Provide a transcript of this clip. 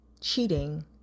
cheating